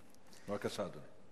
בבקשה, אדוני.